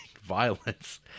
violence